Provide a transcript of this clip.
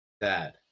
dad